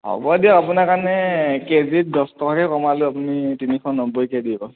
হ'ব দিয়ক আপোনাৰ কাৰণে কেজিত দচ টকাকৈ কমালোঁ আপুনি তিনিশ নব্বৈকে দিব